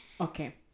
Okay